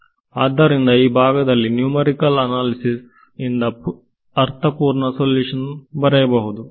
ಆದ್ದರಿಂದ ಈ ಭಾಗದಲ್ಲಿ ನ್ಯೂಮರಿಕಲ್ ಅನಾಲಿಸಿಸ್ ಇಂದ ಅರ್ಥಪೂರ್ಣ ಸೊಲ್ಯೂಷನ್ ಬರೆಯುವುದು